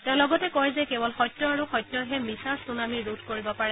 তেওঁ লগতে কয় যে কেৱল সত্য আৰু সত্যইহে মিছাৰ ছুনামি ৰোধ কৰিব পাৰে